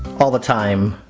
all the time.